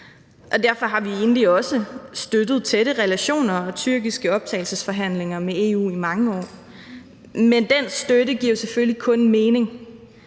derfor har vi egentlig også støttet tætte relationer og tyrkiske optagelsesforhandlinger med EU i mange år. Men den støtte giver selvfølgelig kun mening,